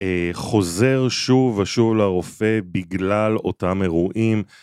חוזר שוב ושוב לרופא בגלל אותם אירועים